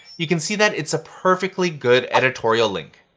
you can see that it's a perfectly good editorial link.